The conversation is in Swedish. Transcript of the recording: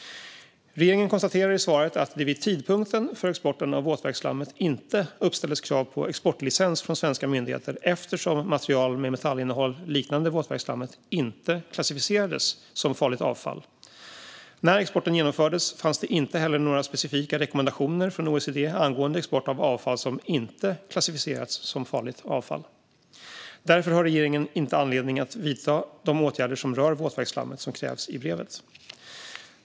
Regeringen konstaterar i svaret att det vid tidpunkten för exporten av våtverksslammet inte uppställdes krav på exportlicens från svenska myndigheter eftersom material med metallinnehåll liknande våtverksslammet inte klassificerades som farligt avfall. När exporten genomfördes fanns det inte heller några specifika rekommendationer från OECD angående export av avfall som inte klassificerats som farligt avfall. Därför har regeringen inte anledning att vidta de åtgärder som rör våtverksslammet som krävs i brevet.